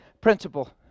principle